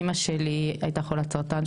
אמא שלי הייתה חולת סרטן,